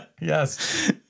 Yes